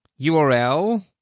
URL